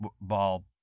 ball